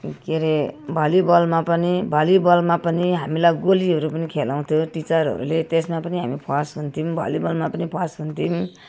के अरे भलिबलमा पनि भलिबलमा पनि हामीलाई गोली पनि खेलाउँथ्यो टिचरहरूले त्यसमा पनि हामी फर्स्ट हुन्थ्यौँ भलिबलमा पनि फर्स्ट हुन्थ्यौँ